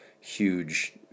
huge